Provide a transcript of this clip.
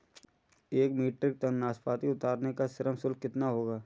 एक metric tonne नाशपाती उतारने का श्रम शुल्क कितना होगा?